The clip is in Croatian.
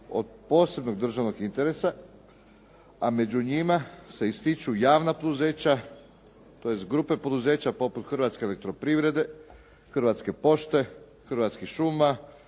od posebnog državnog interesa, a među njima se ističu javna poduzeća tj. grupe poduzeća poput Hrvatske elektroprivrede, Hrvatske pošte, Hrvatskih